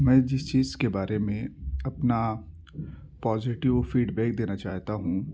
میں جس چیز کے بارے میں اپنا پازیٹو فیڈ بیک دینا چاہتا ہوں